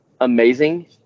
amazing